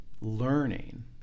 learning